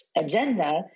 agenda